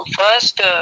first-